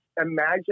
imagine